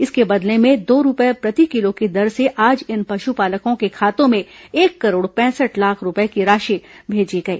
इसके बदले में दो रूपये प्रति किलो की दर से आज इन पशुपालकों के खातों में एक करोड़ पैंसठ लाख रूपये की राशि भेजी गई